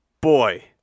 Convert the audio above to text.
boy